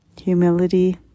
Humility